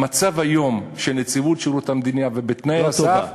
במצב של נציבות שירות המדינה היום ובתנאי הסף,